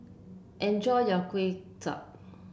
enjoy your kueh chai